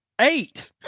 eight